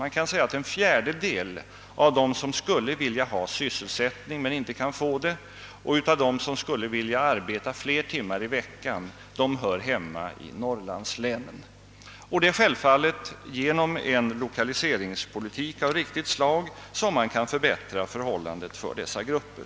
Man kan säga att en fjärdedel av dem som skulle vilja ha sysselsättning men inte kan få det och av dem som skulle vilja arbeta fler timmar i veckan än de gör hör hemma i norrlandslänen. Det är självfallet genom en lokaliseringspolitik av riktigt slag som man kan förbättra förhållandena för dessa grupper.